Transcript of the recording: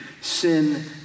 sin